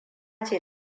ce